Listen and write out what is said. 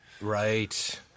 Right